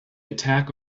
attack